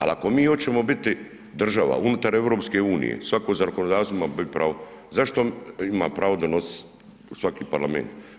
Al ako mi oćemo biti država unutar EU, svako zakonodavstvo ima bit pravo, zašto ima pravo donosit svaki parlament.